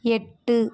எட்டு